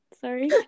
Sorry